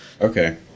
Okay